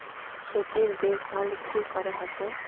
खेतीर देखभल की करे होचे?